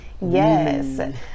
Yes